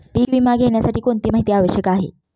पीक विमा घेण्यासाठी कोणती माहिती आवश्यक आहे?